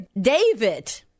David